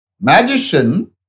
magician